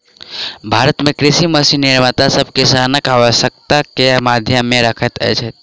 भारत मे कृषि मशीन निर्माता सभ किसानक आवश्यकता के ध्यान मे रखैत छथि